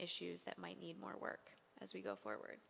issues that might need more work as we go forward